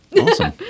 Awesome